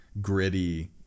gritty